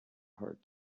hard